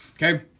okay,